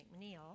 McNeil